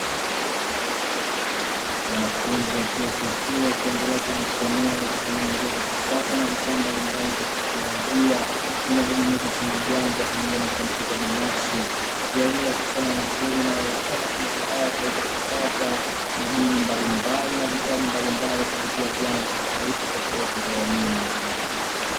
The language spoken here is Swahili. Wanafunzi wa chuo kikuu wakiendelea kujisomea kwa kutumia njia za kisasa na vifaa mbalimbali vya kiteknolojia vinavyojumuisha simu janja pamoja na kompyuta binafsi, njia hii ya kusoma ni nzuri inawawezesha wanafunzi hao kuweza kupata madini mbalimbali na vitabu mbalimbali kupitia vyanzo tofautitofauti vya elimu.